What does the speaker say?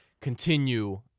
continue